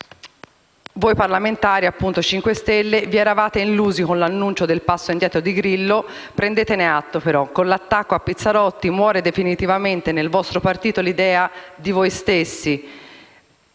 del Movimento 5 Stelle vi eravate illusi, con l'annuncio del passo indietro di Grillo. Prendetene atto, però: con l'attacco a Pizzarotti muore definitivamente nel vostro partito l'idea di voi stessi,